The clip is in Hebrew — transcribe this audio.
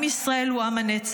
עם ישראל הוא עם הנצח.